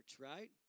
right